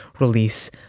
release